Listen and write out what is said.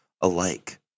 alike